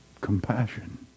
compassion